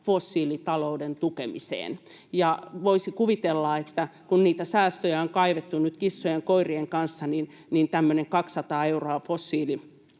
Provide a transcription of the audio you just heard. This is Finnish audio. fossiilitalouden tukemiseen. Voisi kuvitella, että kun niitä säästöjä on kaivettu kissojen ja koirien kanssa, niin tämmöistä 200:aa miljoonaa